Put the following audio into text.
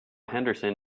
henderson